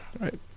Right